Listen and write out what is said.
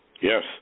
Yes